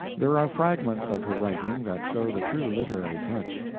there are fragments of her writing that show the true literary touch.